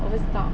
我不知道